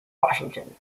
washington